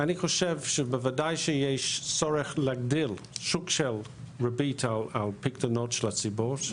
אני חושב שבוודאי יהיה צורך להגדיל שוק של ריבית על פיקדונות של הציבור,